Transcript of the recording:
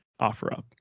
OfferUp